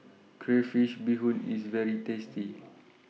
Crayfish Beehoon IS very tasty